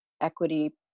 equity